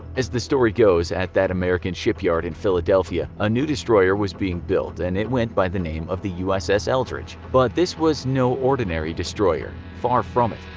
as the story goes, at that american shipyard in philadelphia a new destroyer was being built and it went by the name of the uss eldridge. but this was no ordinary destroyer, far from it.